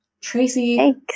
Tracy